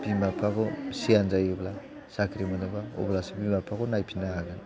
बिमा बिफाखौ फिसिया होनजायोब्ला साख्रि मोनोब्ला अब्लासो बिमा बिफाखौ नायफिननो हागोन